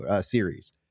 series